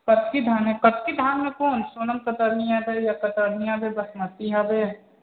कच्ची धानू कच्ची धानू कोन सोनम कतरनिया